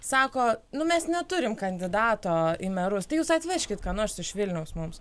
sako nu mes neturim kandidato į merus tai jūs atvežkit ką nors iš vilniaus mums